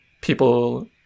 people